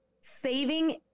Saving